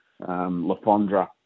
LaFondra